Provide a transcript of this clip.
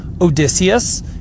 Odysseus